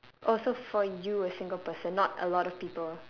oh so for you a single person not a lot of people